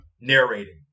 narrating